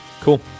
Cool